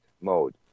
mode